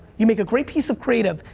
you make a great piece of creative.